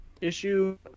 issue